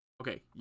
okay